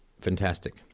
Fantastic